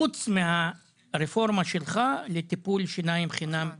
פרט לרפורמה שלך שעברה לטיפול שיניים חינם לילדים.